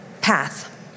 path